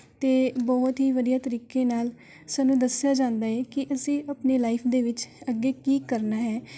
ਅਤੇ ਬਹੁਤ ਹੀ ਵਧੀਆ ਤਰੀਕੇ ਨਾਲ ਸਾਨੂੰ ਦੱਸਿਆ ਜਾਂਦਾ ਹੈ ਕਿ ਅਸੀਂ ਆਪਣੀ ਲਾਈਫ ਦੇ ਵਿੱਚ ਅੱਗੇ ਕੀ ਕਰਨਾ ਹੈ